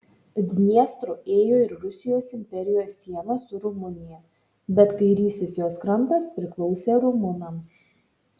dniestru ėjo ir rusijos imperijos siena su rumunija bet kairysis jos krantas priklausė rumunams